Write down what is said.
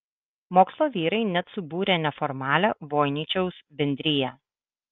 mokslo vyrai net subūrė neformalią voiničiaus bendriją